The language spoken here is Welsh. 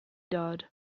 dod